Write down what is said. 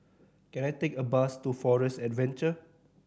can I take a bus to Forest Adventure